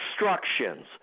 instructions